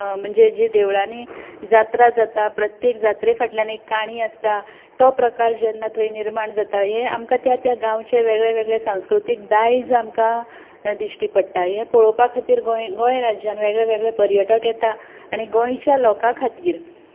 म्हणजे जी देवळांनी जात्रा जाता प्रत्येक जात्रे फाटल्यान एक काणी आसता तो प्रकार जेन्ना थंय निर्माण जाता हें आमकां त्या त्या गांवचे वेगळे वेगळे सांस्कृतीक दायज आमकां दिश्टी पडटा हें पळोवपा खातीर गोंय राज्यांत वेगळे वेगळे पर्यटक येतात आनी गोंयच्या लोकां खातीर